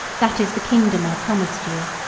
that is the kingdom i promised you.